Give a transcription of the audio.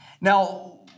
Now